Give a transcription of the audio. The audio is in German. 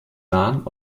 nahen